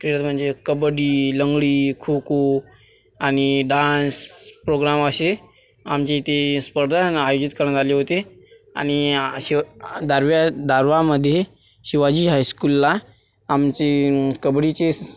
खेळ म्हणजे कबड्डी लंगडी खो खो आणि डान्स प्रोग्राम असे आमच्या इथे स्पर्धा आहे ना आयोजित करण्यात आले होते आणि असे दारव्या दारव्हामध्ये शिवाजी हायस्कूलला आमचे कबड्डीचे